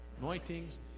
anointings